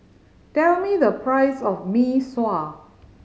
tell me the price of Mee Sua